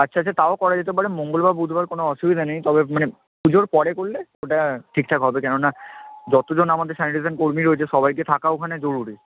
আচ্ছা আচ্ছা তাও করা যেতে পারে মঙ্গল বা বুধবার কোনো অসুবিধা নেই তবে মানে পুজোর পরে করলে ওটা ঠিকঠাক হবে কেননা যতজন আমাদের স্যানিটেশান কর্মী রয়েছে সবাইকে থাকা ওখানে জরুরি